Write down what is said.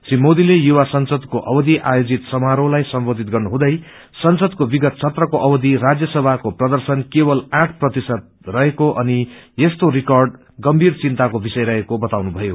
श्री मोदीले युवा संसदको अवधि आयोजित सामारोहलाई सम्बोधित गर्नुहुँदै संसदको विगत सत्रको अवधि राजय सभाको प्रर्दशन केवल आठ प्रतिशत रहेको अनि यस्तो रिर्काड गंभीर चिन्ताको विषय रहेको बताउनुभयो